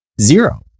zero